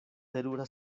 terura